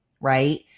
right